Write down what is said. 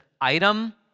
item